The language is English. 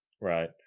right